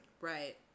Right